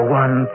one